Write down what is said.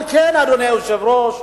על כן, אדוני היושב-ראש,